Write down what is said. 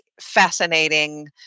fascinating